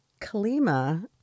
Kalima